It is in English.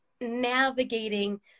navigating